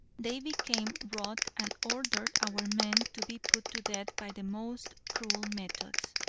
they became wroth and ordered our men to be put to death by the most cruel methods.